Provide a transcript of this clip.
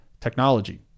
technology